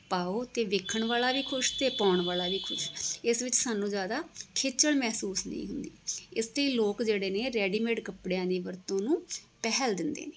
ਪਾਓ ਅਤੇ ਵੇਖਣ ਵਾਲਾ ਵੀ ਖੁਸ਼ ਅਤੇ ਪਾਉਣ ਵਾਲਾ ਵੀ ਖੁਸ਼ ਇਸ ਵਿੱਚ ਸਾਨੂੰ ਜ਼ਿਆਦਾ ਖੇਚਲ ਮਹਿਸੂਸ ਨਹੀਂ ਹੁੰਦੀ ਇਸ ਲਈ ਲੋਕ ਜਿਹੜੇ ਨੇ ਰੇਡੀਮੇਡ ਕੱਪੜਿਆਂ ਦੀ ਵਰਤੋਂ ਨੂੰ ਪਹਿਲ ਦਿੰਦੇ ਨੇ